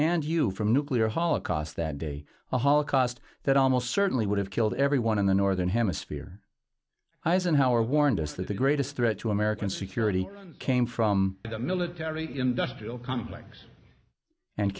and you from nuclear holocaust that day a holocaust that almost certainly would have killed everyone in the northern hemisphere eisenhower warned us that the greatest threat to american security came from the military industrial complex and